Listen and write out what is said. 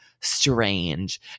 strange